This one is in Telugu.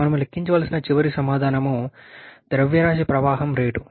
మనం లెక్కించవలసిన చివరి సమాధానం ద్రవ్యరాశి ప్రవాహం రేటు